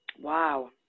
Wow